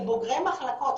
של בוגרי מחלקות,